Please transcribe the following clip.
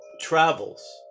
travels